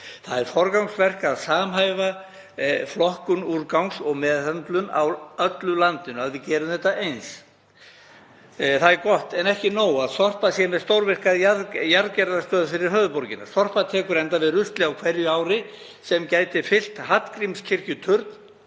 Það er forgangsverk að samhæfa flokkun úrgangs og meðhöndlun hans á öllu landinu, að við gerum þetta eins. Það er gott en ekki er nóg að Sorpa sé með stórvirka jarðgerðarstöð fyrir höfuðborgina. Sorpa tekur enda við rusli á hverju ári sem gæti fyllt Hallgrímskirkjuturn